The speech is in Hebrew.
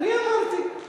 אני אמרתי.